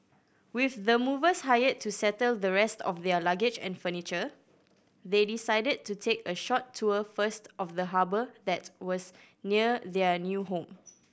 with the movers hired to settle the rest of their luggage and furniture they decided to take a short tour first of the harbour that was near their new home